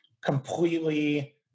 completely